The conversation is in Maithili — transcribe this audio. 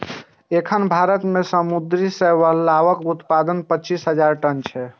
एखन भारत मे समुद्री शैवालक उत्पादन पच्चीस हजार टन छै